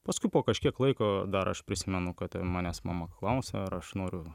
paskui po kažkiek laiko dar aš prisimenu kad ten manęs mama klausia ar aš noriu